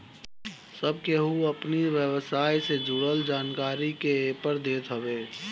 सब केहू अपनी व्यवसाय से जुड़ल जानकारी के एपर देत हवे